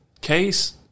Case